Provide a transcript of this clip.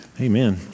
Amen